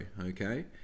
okay